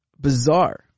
bizarre